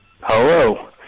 Hello